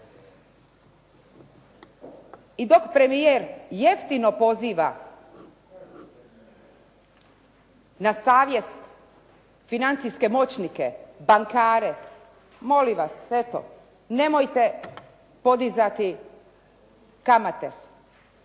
I dok premijer jeftino poziva na savjest financijske moćnike, bankare molim vas eto nemojte podizati kamate